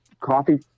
coffee